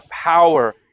power